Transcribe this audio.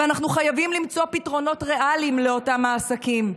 ואנחנו חייבים למצוא פתרונות ריאליים לאותם העסקים.